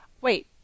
Wait